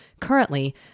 Currently